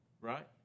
right